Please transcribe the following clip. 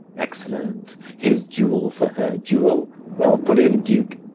excellent his jewel for her jewel well put in, duke.